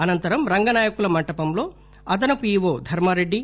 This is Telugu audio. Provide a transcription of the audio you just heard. అనంతరం రంగనాయకుల మండపంలో అదనపు ఈవో ధర్మారెడ్డి